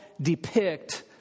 depict